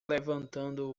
levantando